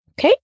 Okay